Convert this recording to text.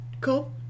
Cool